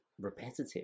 repetitive